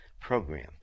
program